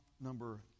number